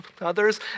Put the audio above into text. others